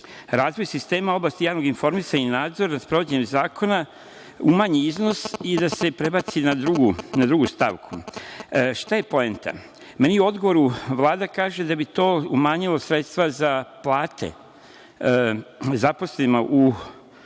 Razvoj sistema u oblasti javnog informisanja i nadzor nad sprovođenjem zakona, umanji iznos i da se prebaci na drugu stavku. Šta je poenta? Meni u odgovoru Vlada kaže da bi to umanjilo sredstva za plate zaposlenima u